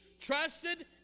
trusted